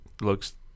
looks